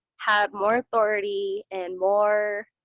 had more authority and more